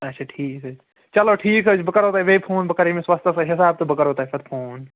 اچھا ٹھیٖک حظ چلو ٹھیٖک حظ چھُ بہٕ کرو تۄہہِ بیٚیہِ فون بہٕ کرٕ ییٚمِس وۄستَس سۭتۍ حِساب تہٕ بہٕ کرو تۄہہِ پَتہٕ فون